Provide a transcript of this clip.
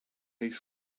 ice